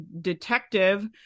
detective